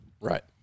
Right